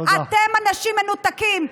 אתם אנשים מנותקים,